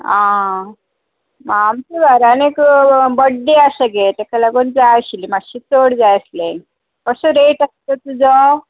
आं आं आमचे घरान एक बड्डे आसा गे तेका लागून जाय आशिल्लें मात्शें चड जाय आसलें कसे रॅट आसा तर तुजो